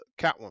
Catwoman